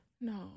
No